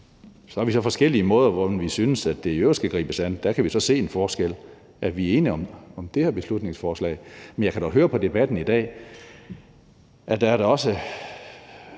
Så har vi så forskellige måder for, hvordan vi synes det i øvrigt skal gribes an, og der kan vi så se en forskel, men vi er enige om det her beslutningsforslag. Men jeg kan høre på debatten i dag, at der er